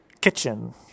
kitchen